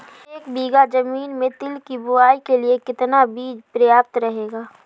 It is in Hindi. एक बीघा ज़मीन में तिल की बुआई के लिए कितना बीज प्रयाप्त रहेगा?